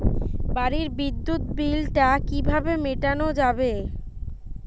বাড়ির বিদ্যুৎ বিল টা কিভাবে মেটানো যাবে?